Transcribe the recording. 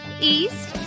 east